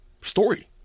story